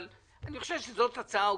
אבל אני חושב שזאת הצעה הוגנת,